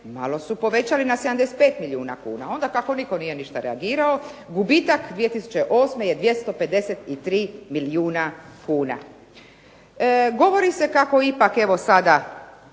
malo su povećali na 75 milijuna kuna. A onda kako nitko nije ništa reagirao gubitak 2008. je 253 milijuna kuna. Govori se kako ipak evo sada